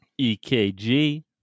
EKG